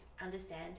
understand